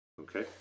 okay